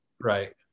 right